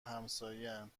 همساین